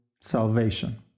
salvation